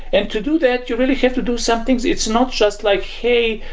and to do that, you really have to do some things. it's not just like, hey,